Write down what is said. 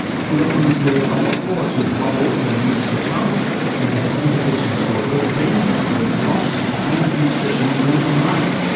he reckons there's a lot more to bubbles than meets the tongue and it has implications for weight gain, weight loss and nutrition late in life.